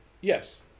Yes